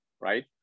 right